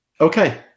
Okay